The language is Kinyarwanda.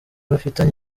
bifitanye